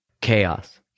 chaos